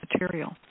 material